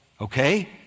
Okay